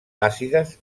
àcides